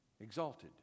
exalted